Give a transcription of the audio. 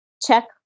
Check